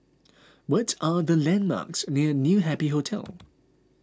what are the landmarks near New Happy Hotel